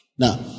Now